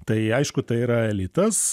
tai aišku tai yra elitas